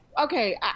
Okay